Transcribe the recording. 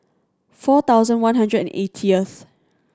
four thousand one hundred and eightieth